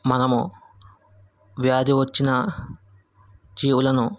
మనము వ్యాధి వచ్చిన జీవులను